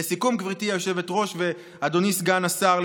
לסיכום, גברתי היושבת-ראש ואדוני סגן השר,